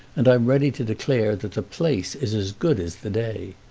and i'm ready to declare that the place is as good as the day.